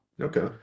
Okay